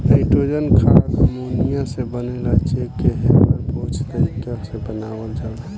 nitrogen खाद ammonia से बनेला जे के हैबर बोच तारिका से बनावल जाला